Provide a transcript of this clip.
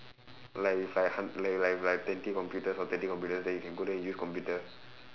like it's like hun~ like like like twenty computers or thirty computers then you can go there and use computer